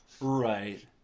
Right